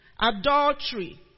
adultery